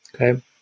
Okay